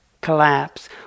collapse